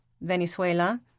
Venezuela